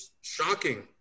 shocking